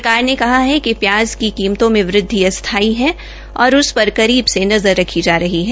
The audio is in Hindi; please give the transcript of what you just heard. सरकार ने कहा है कि प्याज की कीमतों में वूदवि अस्थाई है और उस पर करीब से नज़र रखी जा रही है